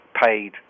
paid